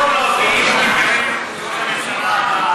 ויש מקרה,